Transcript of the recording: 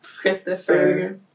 Christopher